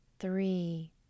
three